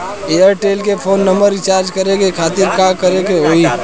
Airtel के phone number recharge करे के खातिर का करे के होई?